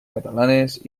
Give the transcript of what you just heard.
catalanes